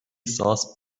sauce